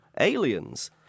aliens